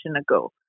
ago